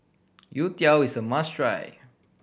youtiao is a must try